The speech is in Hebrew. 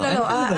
בואו נראה.